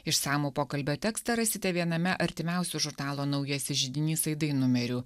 išsamų pokalbio tekstą rasite viename artimiausių žurnalo naujasis židinys aidai numerių